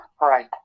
Right